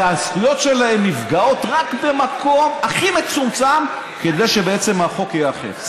והזכויות שלהם נפגעות רק במקום הכי מצומצם כדי שבעצם החוק ייאכף.